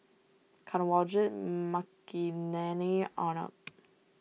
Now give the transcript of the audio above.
Kanwaljit Makineni Arnab